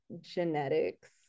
genetics